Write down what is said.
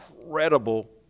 incredible